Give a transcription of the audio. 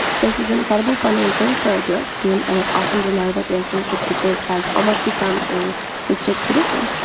this is an incredible fundraiser for our dance team and it's awesome to know that dancing with the teachers has almost become a district tradition.